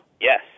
Yes